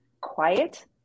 quiet